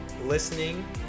listening